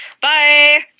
Bye